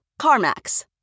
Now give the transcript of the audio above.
CarMax